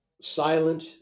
silent